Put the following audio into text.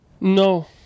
No